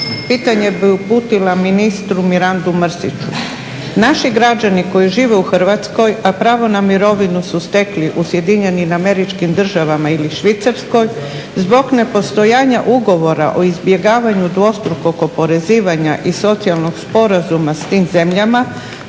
Pitanje bih uputila ministru Mirandu Mrsiću. Naši građani koji žive u Hrvatskoj a pravo na mirovinu su stekli u Sjedinjenim Američkim Državama ili Švicarskoj zbog nepostojanja ugovora o izbjegavanju dvostrukog oporezivanja i socijalnog sporazuma sa tim zemljama